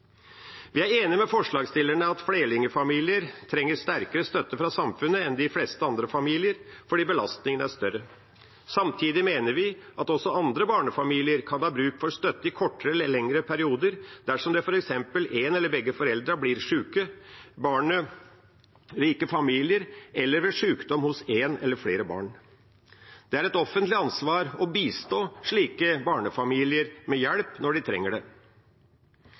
Vi er enig med forslagsstillerne i at flerlingfamilier trenger sterkere støtte fra samfunnet enn de fleste andre familier, fordi belastningen er større. Samtidig mener vi at også andre barnefamilier kan ha bruk for støtte i kortere eller lengre perioder, dersom f.eks. en eller begge foreldrene blir syke, i barnerike familier, eller ved sykdom hos ett eller flere barn. Det er et offentlig ansvar å bistå slike barnefamilier med hjelp når de trenger det.